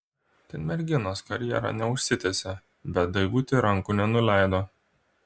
ten merginos karjera neužsitęsė bet daivutė rankų nenuleido